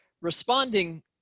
responding